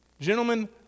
gentlemen